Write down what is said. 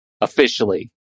officially